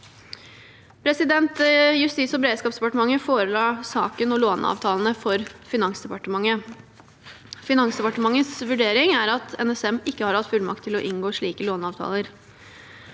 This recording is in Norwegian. forhold. Justis- og beredskapsdepartementet forela saken og låneavtalene for Finansdepartementet. Finansdepartementets vurdering er at NSM ikke har hatt fullmakt til å inngå slike låneavtaler.